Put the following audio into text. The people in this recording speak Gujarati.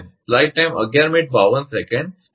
આ બિન ગરમીનોન રિહીટnon - reheat પ્રકાર છે